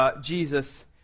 Jesus